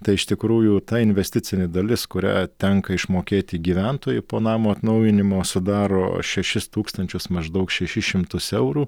tai iš tikrųjų ta investicinė dalis kurią tenka išmokėti gyventojui po namo atnaujinimo sudaro šešis tūkstančius maždaug šešis šimtus eurų